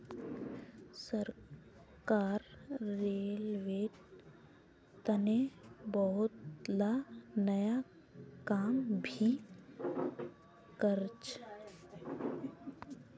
सरकार रेलवेर तने बहुतला नया काम भी करछ